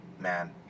man